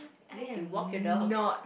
at least you walk your dog